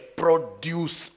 produce